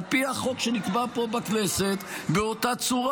על פי החוק שנקבע פה בכנסת באותה צורה.